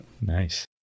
nice